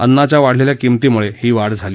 अन्नाच्या वाढलेल्या किमंतीमुळे ही वाढ झाली